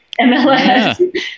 MLS